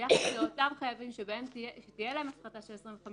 ביחס לאותם חייבים שתהיה להם הפחתה של 25%,